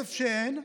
כסף שאין,